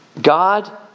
God